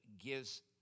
gives